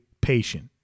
patient